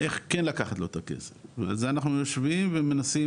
איך כן לקחת לו את הכסף וזה אנחנו יושבים ומנסים